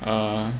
uh